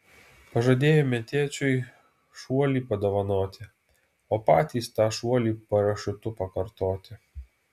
pažadėjome tėčiui šuolį padovanoti o patys tą šuolį parašiutu pakartoti